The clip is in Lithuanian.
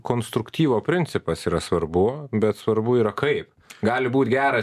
konstruktyvo principas yra svarbu bet svarbu yra kaip gali būt geras